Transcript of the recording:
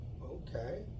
Okay